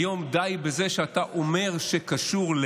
היום די בזה שאתה אומר שזה קשור,